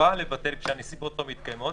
חובה לבטל כשהנסיבות לא מתקיימות.